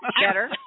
better